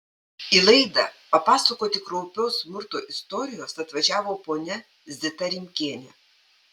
į laidą papasakoti kraupios smurto istorijos atvažiavo ponia zita rimkienė